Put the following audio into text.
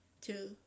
Two